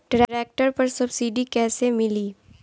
Tractor पर subsidy कैसे मिली?